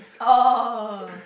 oh